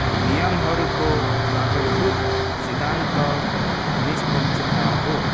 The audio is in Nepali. नियमहरूको आधारभूत सिद्धान्त निष्पक्षता हो